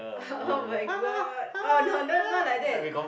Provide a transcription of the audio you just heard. [oh]-my-god oh no no not like that